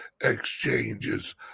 exchanges